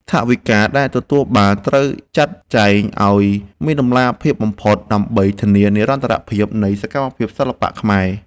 ថវិកាដែលទទួលបានត្រូវចាត់ចែងឱ្យមានតម្លាភាពបំផុតដើម្បីធានានិរន្តរភាពនៃសកម្មភាពសិល្បៈខ្មែរ។